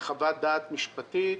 בחוות דעת משפטית.